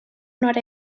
nord